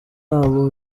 abo